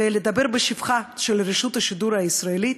ולדבר בשבחה של רשות השידור הישראלית,